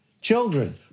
Children